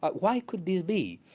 but why could this be?